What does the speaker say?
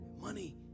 money